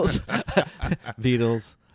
Beatles